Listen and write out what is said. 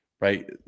right